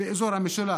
באזור המשולש,